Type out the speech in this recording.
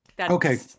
okay